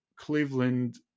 Cleveland